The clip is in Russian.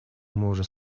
может